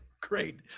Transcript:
great